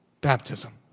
baptism